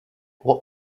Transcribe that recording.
what